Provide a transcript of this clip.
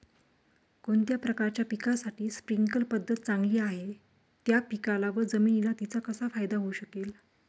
कोणत्या प्रकारच्या पिकासाठी स्प्रिंकल पद्धत चांगली आहे? त्या पिकाला व जमिनीला तिचा कसा फायदा होऊ शकेल?